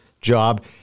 job